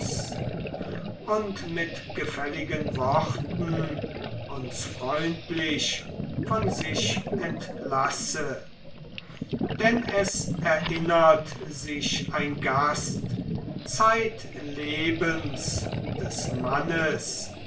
und mit gefälligen worten uns freundlich von sich entlasse denn es erinnert sich ein gast zeitlebens des mannes